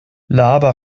laber